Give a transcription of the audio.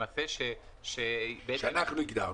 למעשה --- שאנחנו הגדרנו.